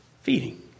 feeding